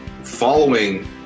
Following